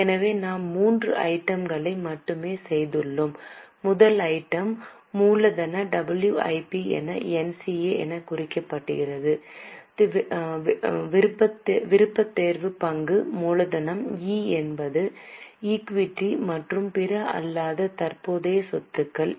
எனவே நாம் மூன்று ஐட்டம் களை மட்டுமே செய்துள்ளோம் முதல் ஐட்டம் மூலதன WIP என NCA எனக் குறிக்கப்பட்டது விருப்பத்தேர்வு பங்கு மூலதனம் E என்பது ஈக்விட்டி மற்றும் பிற அல்லாத தற்போதைய சொத்துக்கள் என்